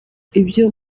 ibyo